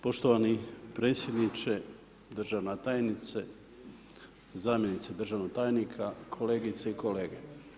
Poštovani predsjedniče, državna tajnice, zamjenici državnog tajnika, kolegice i kolege.